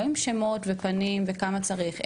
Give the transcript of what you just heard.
לא עם שמות ופנים וכמה צריך,